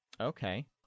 Okay